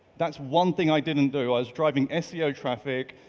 that's one thing i didn't do. i was driving seo traffic,